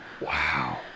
Wow